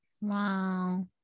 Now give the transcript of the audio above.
wow